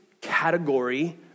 category